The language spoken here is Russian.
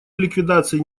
ликвидацией